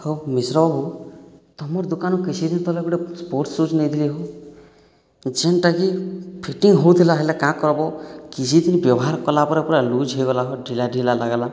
ଆଉ ମିଶ୍ର ବାବୁ ତମର ଦୁକାନରୁ କିଛିଦିନ ତଲେ ଗୁଟେ ସ୍ପୋର୍ଟ ସୁ ନେଇଥିଲି ହୋ ଯେନ୍ଟାକି ଫିଟିଂ ହେଉଥିଲା ହେଲେ କାଁ କରବ କିଛିଦିନ ବ୍ୟବହାର କଲାପରେ ପୁରା ଲୁଜ୍ ହେଇଗଲା ଢିଲା ଢିଲା ଲାଗ୍ଲା